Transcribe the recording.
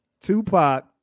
Tupac